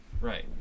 right